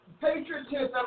patriotism